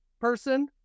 person